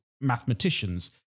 mathematicians